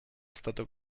stato